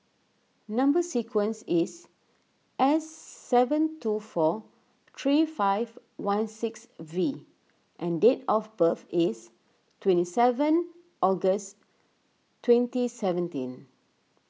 Number Sequence is S seven two four three five one six V and date of birth is twenty seven August twenty seventeen